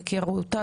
תכירו אותה,